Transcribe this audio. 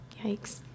Yikes